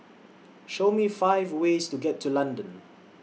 Show Me five ways to get to London